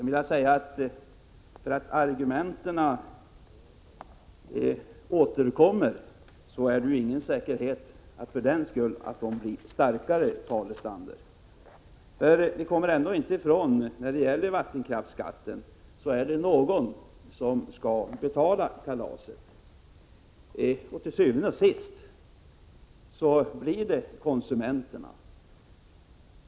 Bara därför att argumenten återkommer är det inte säkert att de blir starkare, Paul Lestander. Vi kommer inte ifrån att någon måste betala kalaset i form av vattenkraftsskatt, och til syvende og sidst blir det konsumenterna.